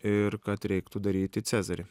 ir kad reiktų daryti cezarį